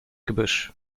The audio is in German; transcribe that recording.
gebüsch